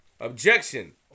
Objection